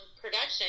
production